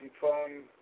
phone